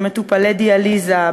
במטופלי דיאליזה,